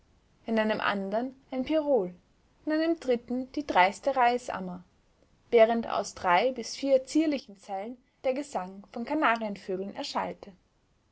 in einem andern ein pirol in einem dritten die dreiste reisammer während aus drei bis vier zierlicheren zellen der gesang von kanarienvögeln erschallte